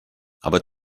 aber